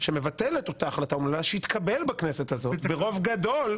שמבטל את אותה החלטה אומללה שהתקבל בכנסת הזאת ברוב גדול,